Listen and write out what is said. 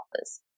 office